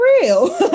real